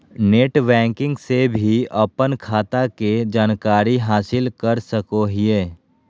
net banking से भी अपन खाता के जानकारी हासिल कर सकोहिये